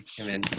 amen